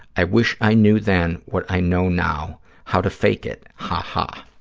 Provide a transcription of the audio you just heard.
i wish i knew then what i know now, how to fake it. ha-ha.